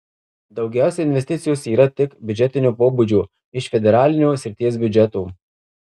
daugiausiai investicijos yra tik biudžetinio pobūdžio iš federalinio srities biudžeto